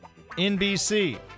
NBC